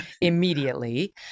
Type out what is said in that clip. immediately